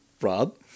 Rob